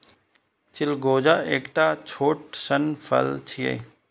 चिलगोजा एकटा छोट सन फल छियै